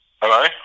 Hello